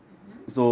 mmhmm